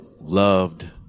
loved